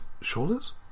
shoulders